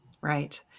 right